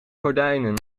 gordijnen